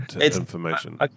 information